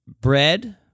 Bread